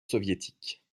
soviétiques